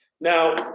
Now